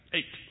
Eight